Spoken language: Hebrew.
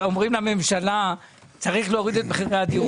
אומרים לממשלה שצריך להוריד את מחירי הדירות.